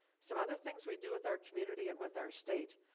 some other things we do with our community and with our state.